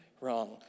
wrong